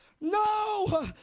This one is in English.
No